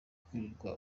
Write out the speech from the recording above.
kwirirwa